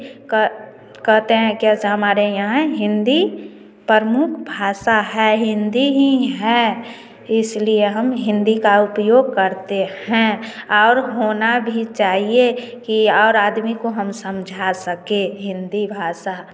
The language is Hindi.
क कहते हैं कि ऐसा हमारे यहाँ हिंदी प्रमुख भाषा है हिंदी ही है इसलिए हम हिंदी का उपयोग करते हैं और होना भी चाहिए कि और आदमी को हम समझ सके हिंदी भाषा